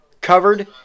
covered